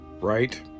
right